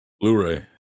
blu-ray